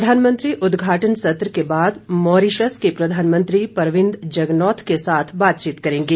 प्रधानमंत्री उद्घाटन सत्र के बाद मॉरिशस के प्रधानमंत्री प्रविंद जगनॉथ के साथ बातचीत करेंगे